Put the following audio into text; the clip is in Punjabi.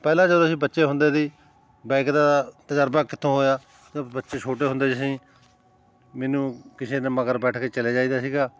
ਪਹਿਲਾਂ ਜਦੋਂ ਅਸੀਂ ਬੱਚੇ ਹੁੰਦੇ ਤੀ ਬਾਈਕ ਦਾ ਤਜ਼ਰਬਾ ਕਿੱਥੋਂ ਹੋਇਆ ਜਦੋਂ ਬੱਚੇ ਛੋਟੇ ਹੁੰਦੇ ਸੀ ਅਸੀਂ ਮੈਨੂੰ ਕਿਸੇ ਦੇ ਮਗਰ ਬੈਠ ਕੇ ਚਲੇ ਜਾਈਦਾ ਸੀਗਾ